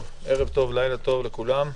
ערב טוב לכולם,